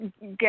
get